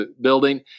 building